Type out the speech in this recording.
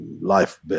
life